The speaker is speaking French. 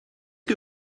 que